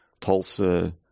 Tulsa